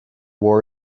war